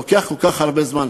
לוקחים כל כך הרבה זמן,